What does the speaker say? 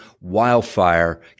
wildfire